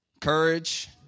Courage